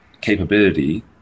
capability